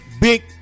big